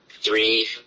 three